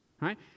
right